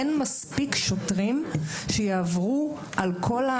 אין מספיק שוטרים שיעברו על הכול.